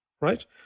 right